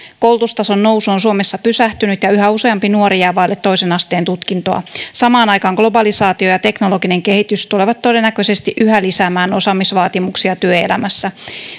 koulutustason nousu on suomessa pysähtynyt ja yhä useampi nuori jää vaille toisen asteen tutkintoa samaan aikaan globalisaatio ja teknologinen kehitys tulevat todennäköisesti yhä lisäämään osaamisvaatimuksia työelämässä